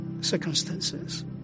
circumstances